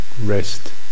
rest